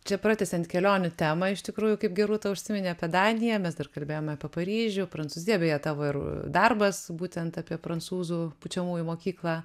čia pratęsiant kelionių temą iš tikrųjų kaip gerūta užsiminė apie daniją mes dar kalbėjome apie paryžių prancūziją beje tavo ir darbas būtent apie prancūzų pučiamųjų mokyklą